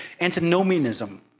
antinomianism